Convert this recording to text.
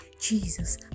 Jesus